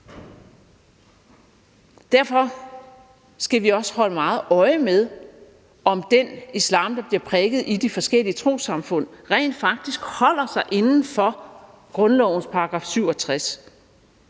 Derfor skal vi også holde meget øje med, om den islam, der bliver prædiket i de forskellige trossamfund, rent faktisk holder sig inden for grundlovens § 67.